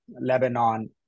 Lebanon